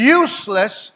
useless